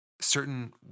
certain